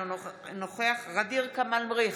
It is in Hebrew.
אינו נוכח ע'דיר כמאל מריח,